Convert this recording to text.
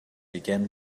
began